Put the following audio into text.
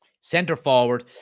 centre-forward